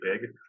big